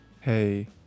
hey